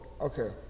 Okay